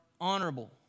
honorable